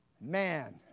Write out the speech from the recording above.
Man